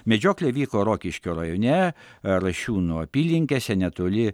medžioklė vyko rokiškio rajone rašiūnų apylinkėse netoli